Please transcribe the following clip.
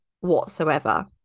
whatsoever